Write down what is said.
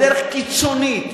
בדרך קיצונית,